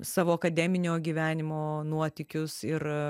savo akademinio gyvenimo nuotykius ir